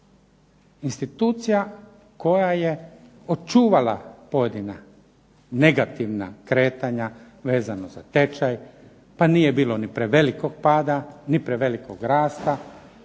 institucija koja je očuvala pojedina negativna kretanja vezano za tečaj, pa nije bilo ni prevelikog pada ni prevelikog rasta